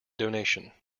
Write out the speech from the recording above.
donation